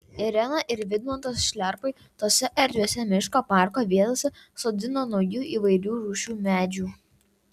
irena ir vidmantas šliarpai tose erdviose miško parko vietose sodina naujų įvairių rūšių medžių